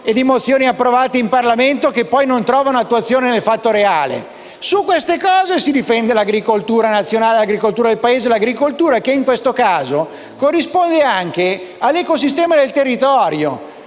e mozioni approvate in Parlamento, che poi non trovano attuazione nella realtà. Su dette cose si difende l'agricoltura nazionale, l'agricoltura del Paese, che in questo caso corrisponde anche all'ecosistema del territorio.